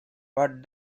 what